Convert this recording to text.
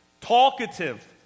talkative